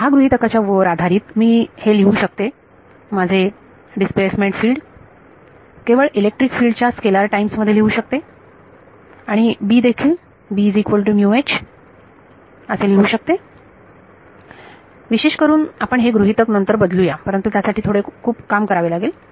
तर ह्या गृहीतकाच्या वर आधारित मी हे लिहू शकते माझे डिस्प्लेसमेंट फील्ड केवळ इलेक्ट्रिक फील्ड च्या स्केलर टाईम्स मध्ये लिहू शकते आणि B देखील असे लिहू शकते विशेष करून आपण हे गृहीतक नंतर बदलूया परंतु यासाठी खूप काम करावे लागेल